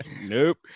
Nope